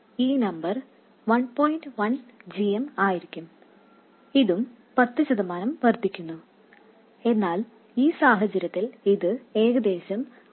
1 g m ആയിരിക്കും ഇതും പത്ത് ശതമാനം വർദ്ധിക്കുന്നു എന്നാൽ ഈ സാഹചര്യത്തിൽ ഇത് ഏകദേശം 1